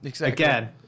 Again